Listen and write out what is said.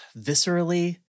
viscerally